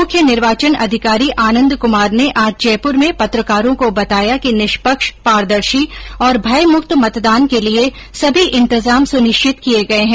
मुख्य निर्वाचन अधिकारी आनन्द कुमार ने आज जयपुर में पत्रकारों को बताया कि निष्पक्ष पारदर्शी और भयमुक्त मतदान के लिए सभी इन्तजाम सुनिश्चित किए गए है